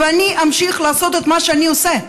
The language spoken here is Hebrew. ואני אמשיך לעשות את מה שאני עושה.